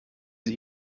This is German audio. sie